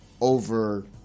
over